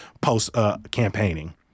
post-campaigning